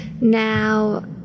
Now